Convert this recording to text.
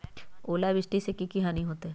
ओलावृष्टि से की की हानि होतै?